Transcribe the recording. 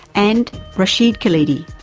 and rashid khalidi,